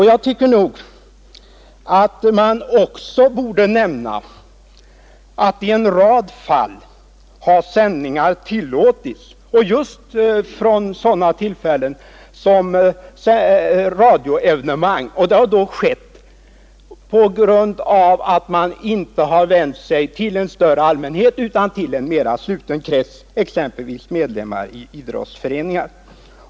Jag tycker också att man borde nämna, att i en rad fall har sändningar tillåtits — bl.a. från idrottsevenemang. Det har då skett på grund av att man inte har vänt sig till en större allmänhet utan till en mera sluten krets, t.ex. medlemmar i idrottsföreningar.